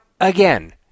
again